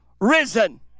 risen